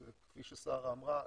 כפי ששרה אמרה,